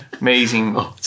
Amazing